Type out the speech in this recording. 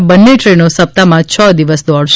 આ બંને દ્રેનો સપ્તાહમાં છ દિવસ દોડશે